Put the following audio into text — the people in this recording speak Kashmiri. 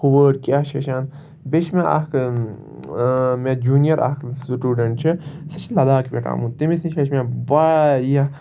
ہُہ وٲڑ کیٛاہ چھِ ہیٚچھان بیٚیہِ چھِ مےٚ اَکھ مےٚ جوٗنیَر اَکھ سٹوڈَنٛٹ چھُ سُہ چھِ لَداخ پٮ۪ٹھ آمُت تٔمِس نِش ہیٚچھ مےٚ واریاہ